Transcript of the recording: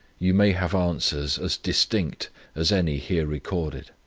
you may have answers as distinct as any here recorded.